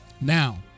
now